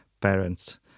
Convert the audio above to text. parents